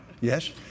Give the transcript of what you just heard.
Yes